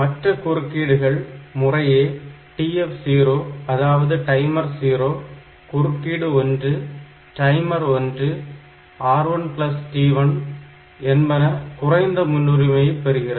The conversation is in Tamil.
மற்ற குறுக்கீடுகள் முறையே TF0 அதாவது டைமர் 0 குறுக்கீடு 1 டைமர் 1 R1T1 என்பன குறைந்த முன்னுரிமையை பெறுகிறது